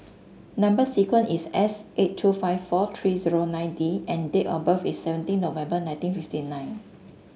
number sequence is S eight two five four three zero nine D and date of birth is seventeen November nineteen fifty nine